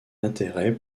intérêt